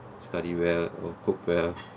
study well or cope well